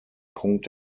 punkt